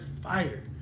fire